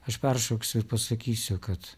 aš peršoksiu ir pasakysiu kad